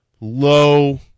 low